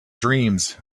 dreams